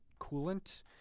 coolant